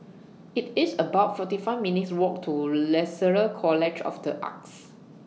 IT IS about forty five minutes' Walk to Lasalle College of The Arts